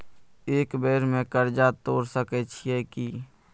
एक बेर में कर्जा तोर सके छियै की?